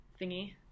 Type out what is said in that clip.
thingy